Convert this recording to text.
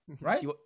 right